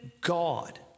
God